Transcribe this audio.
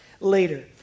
later